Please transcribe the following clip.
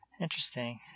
Interesting